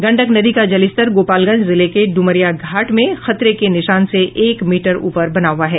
गंडक नदी का जलस्तर गोपालगंज जिले के ड्मरिया घाट में खतरे के निशान से एक मीटर ऊपर बना हुआ है